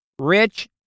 rich